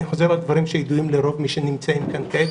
אני חוזר על דברים שידועים לרוב מי שנמצאים כאן כעת,